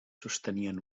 sostenien